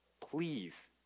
Please